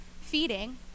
feeding